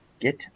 Get